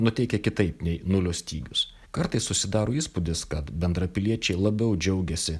nuteikia kitaip nei nulio stygius kartais susidaro įspūdis kad bendrapiliečiai labiau džiaugiasi